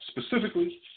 specifically